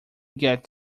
get